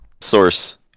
Source